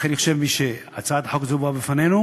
לכן, אני חושב, משהצעת החוק הזו הובאה בפנינו,